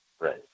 Right